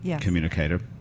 communicator